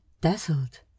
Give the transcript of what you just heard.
dazzled